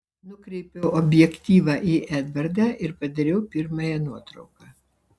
nukreipiau objektyvą į edvardą ir padariau pirmąją nuotrauką